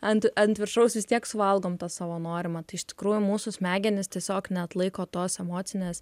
ant ant viršaus vis tiek valgom tą savo norimą tai iš tikrųjų mūsų smegenys tiesiog neatlaiko tos emocinės